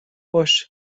باشه